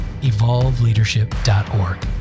evolveleadership.org